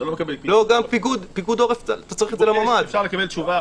אתה לא מקבל --- פיקוד העורף צריך לקבל לממ"ד.